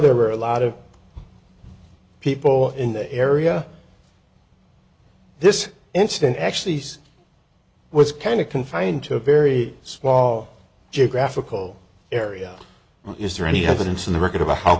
there are a lot of people in the area this incident actually said was kind of confined to a very small geographical area is there any evidence in the record about how